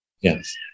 Yes